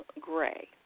Gray